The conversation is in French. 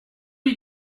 lui